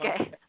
okay